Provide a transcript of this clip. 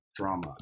drama